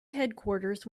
headquarters